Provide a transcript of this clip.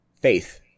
faith